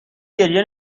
گریه